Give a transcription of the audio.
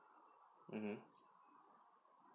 mmhmm